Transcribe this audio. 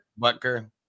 Butker